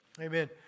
Amen